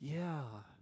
yeah